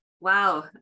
wow